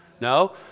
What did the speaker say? No